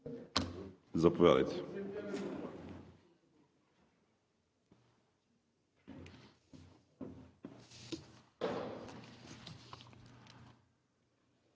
Заповядайте.